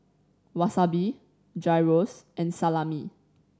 Wasabi Gyros and Salami